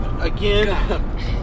again